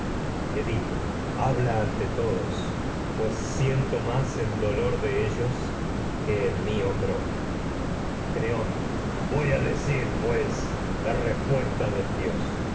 palacio habla ante todos pues siento más el dolor de ellos que el mío propio a creonte voy el rey esta decir pues la un respuesta del que dios